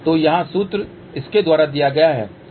तो यहां सूत्र इसके द्वारा दिया गया है